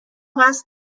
قصد